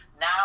now